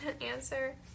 answer